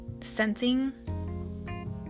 sensing